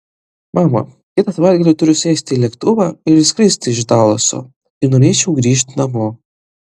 mama kitą savaitgalį turiu sėsti į lėktuvą ir išskristi iš dalaso ir norėčiau grįžt namo